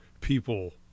people